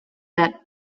that